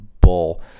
bull